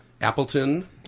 appleton